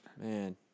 Man